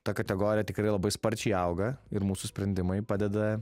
ta kategorija tikrai labai sparčiai auga ir mūsų sprendimai padeda